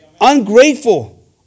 Ungrateful